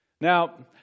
Now